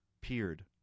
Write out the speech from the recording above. Peered